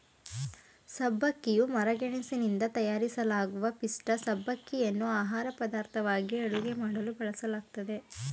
ಸಬ್ಬಕ್ಕಿಯು ಮರಗೆಣಸಿನಿಂದ ತಯಾರಿಸಲಾಗುವ ಪಿಷ್ಠ ಸಬ್ಬಕ್ಕಿಯನ್ನು ಆಹಾರಪದಾರ್ಥವಾಗಿ ಅಡುಗೆ ಮಾಡಲು ಬಳಸಲಾಗ್ತದೆ